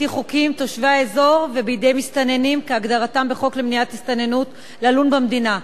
חברת הכנסת מירי רגב,